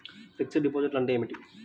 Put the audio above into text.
Fixed డిపాజిట్లు అంటే ఏమిటి?